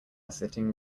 sitting